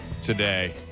today